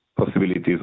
possibilities